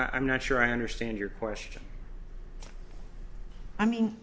i'm not sure i understand your question i mean